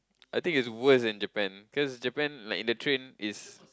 I think is worst than Japan cause Japan like in the train is